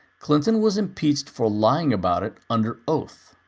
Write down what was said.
clinton was impeached for lying about it under oath,